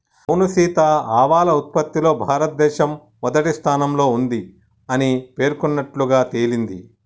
అవును సీత ఆవాల ఉత్పత్తిలో భారతదేశం మొదటి స్థానంలో ఉంది అని పేర్కొన్నట్లుగా తెలింది